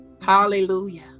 Hallelujah